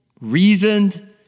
reasoned